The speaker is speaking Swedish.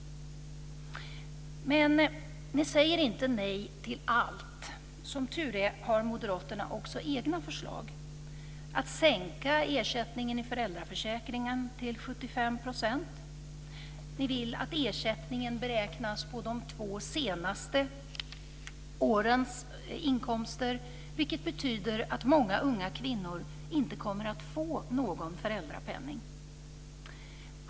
Men ni säger inte nej till allt. Som tur är har moderaterna också egna förslag. Det gäller att sänka ersättningen i föräldraförsäkringen till 75 %. Ni vill att ersättningen beräknas på de senaste två årens inkomster, vilket betyder att många unga kvinnor inte kommer att få någon föräldrapenning.